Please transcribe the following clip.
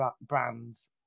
brands